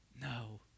No